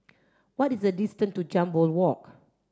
what is the distance to Jambol Walk